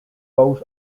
vote